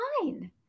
fine